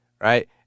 right